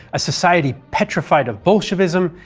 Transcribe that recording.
a society petrified of bolshevism,